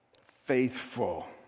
faithful